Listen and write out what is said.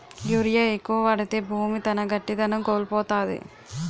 urea ఎక్కువ వాడితే భూమి తన గట్టిదనం కోల్పోతాది